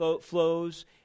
flows